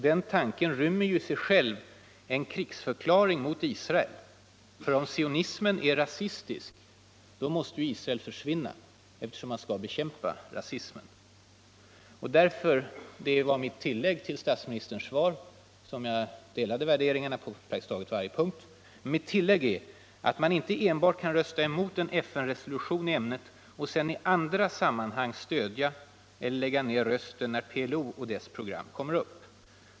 Den tanken är en krigsförklaring mot Israel: om sionismen är rasistisk, måste ju Israel försvinna, eftersom man skall bekämpa rasismen! Mitt tillägg till statsministerns svar, vars värderingar jag delar, är att man inte enbart kan rösta emot en FN-resolution i ämnet och sedan i andra sammanhang stödja PLO eller lägga ner sin röst när PLO och dess program kommer upp.